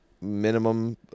minimum